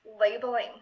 labeling